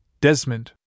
Desmond